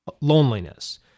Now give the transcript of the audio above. loneliness